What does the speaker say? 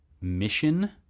mission